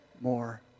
more